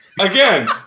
Again